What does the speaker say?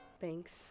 Thanks